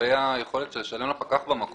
שיסתובבו עם כסף ויאספו תשלומים במקום.